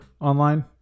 online